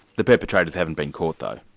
the perpetrators haven't been caught, though?